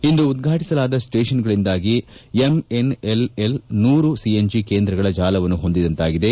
ಇಂದು ಉದ್ವಾಟಿಸಲಾದ ಸ್ಸೇಷನ್ಗಳಿಂದಾಗಿ ಎಂಎನ್ಜಿಎಲ್ ನೂರು ಸಿಎನ್ಜಿ ಕೇಂದ್ರಗಳ ಜಾಲವನ್ನು ಹೊಂದಿದಂತಾಗಿದೆ